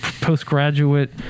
postgraduate